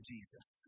Jesus